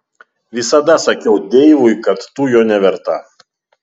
visada sakiau deivui kad tu jo neverta